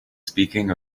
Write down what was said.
speaking